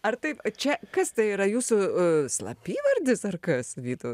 ar taip čia kas tai yra jūsų e slapyvardis ar kas vytau